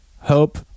Hope